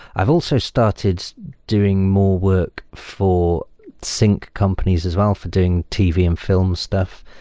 i've also started doing more work for sync companies as well for doing tv and film stuff.